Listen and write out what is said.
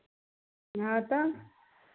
हँ तऽ